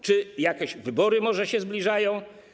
Czy jakieś wybory może się zbliżają?